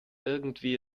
irgendwie